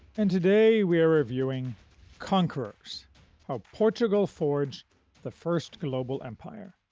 and today we are reviewing conquerors how portugal forged the first global empire,